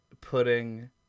putting